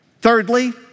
Thirdly